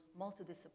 multidisciplinary